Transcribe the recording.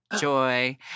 joy